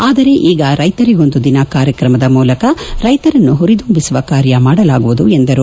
ಆದರೆ ಈಗ ರೈತರಿಗೊಂದು ದಿನ ಕಾರ್ಯಕ್ರಮದ ಮೂಲಕ ರೈತರನ್ನು ಪುರಿದುಂಬಿಸುವ ಕಾರ್ಯ ಮಾಡಲಾಗುವುದು ಎಂದರು